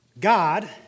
God